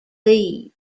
leave